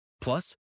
Plus